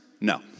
No